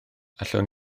allwn